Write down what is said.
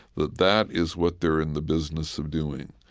that that is what they're in the business of doing,